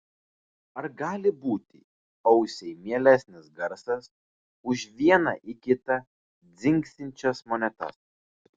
ar gali būti ausiai mielesnis garsas už viena į kitą dzingsinčias monetas